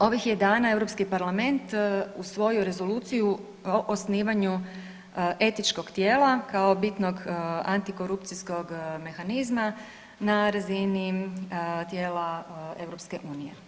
Ovih je dana EU parlament usvojio Rezoluciju o osnivanju etičkog tijela kao bitnog antikorupcijskog mehanizma na razini tijela EU.